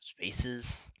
Spaces